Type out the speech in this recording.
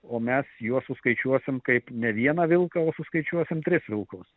o mes juos suskaičiuosim kaip ne vieną vilką o suskaičiuosim tris vilkus